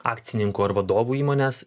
akcininkų ar vadovų įmones